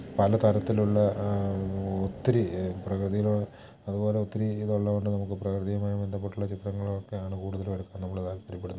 പലതരത്തിലുള്ള ഒത്തിരി പ്രകൃതിയിലോ അതുപോലെ ഒത്തിരി ഇതുള്ളതുകൊണ്ട് നമുക്ക് പ്രകൃതിയുമായി ബന്ധപ്പെട്ടുള്ള ചിത്രങ്ങളും ഒക്കെയാണ് കൂടുതലും എടുക്കാൻ നമ്മൾ താല്പര്യപ്പെടുന്നത്